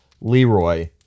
Leroy